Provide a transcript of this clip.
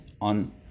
on